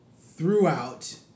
throughout